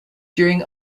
during